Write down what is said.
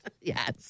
Yes